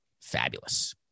fabulous